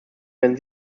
wenn